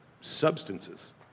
substances